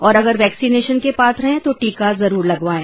और अगर वैक्सीनेशन के पात्र हैं तो टीका जरूर लगवाएं